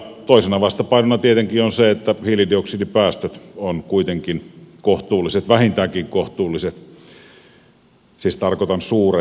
toisena vastapainona tietenkin on se että hiilidioksidipäästöt ovat kuitenkin vähintäänkin kohtuulliset siis tarkoitan suuret